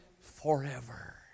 forever